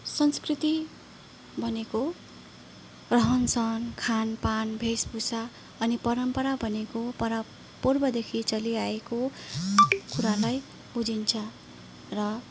संस्कृति भनेको रहन सहन खानपान भेष भूषा अनि परम्परा भनेको परापूर्वदेखि चलिआएको कुरालाई बुझिन्छ र